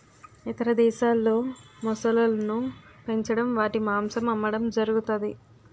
ఇతర దేశాల్లో మొసళ్ళను పెంచడం వాటి మాంసం అమ్మడం జరుగుతది